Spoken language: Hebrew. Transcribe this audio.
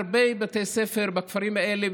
הרבה מבתי ספר בכפרים האלה,